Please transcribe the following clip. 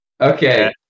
okay